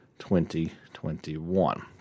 2021